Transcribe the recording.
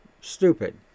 stupid